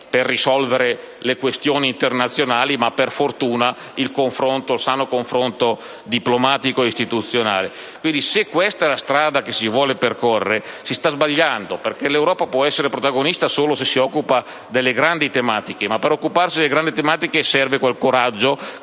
per risolvere le questioni internazionali, ma che ci fosse - per fortuna - un sano confronto diplomatico e istituzionale. Quindi, se questa è la strada che si vuol percorrere, si sta sbagliando, perché l'Europa può essere protagonista solo se si occupa delle grandi tematiche. Per occuparsi delle grandi tematiche serve quel coraggio che oggi